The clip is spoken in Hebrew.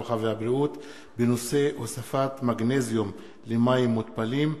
הרווחה והבריאות בעקבות דיון מהיר בנושא: הוספת מגנזיום למים מותפלים,